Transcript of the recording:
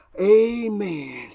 Amen